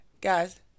guys